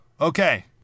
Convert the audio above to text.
Okay